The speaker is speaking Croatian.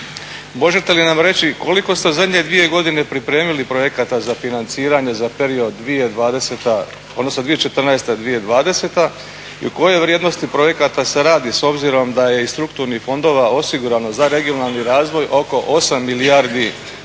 možete li nam reći koliko ste u zadnje dvije godine pripremili projekata za financiranje za period 2014-2020. i o kojim vrijednostima projekata se radi s obzirom da je iz strukturnih fondova osigurano za regionalni razvoj oko 8 milijardi